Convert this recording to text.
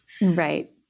Right